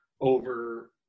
over